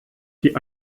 die